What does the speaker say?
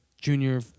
junior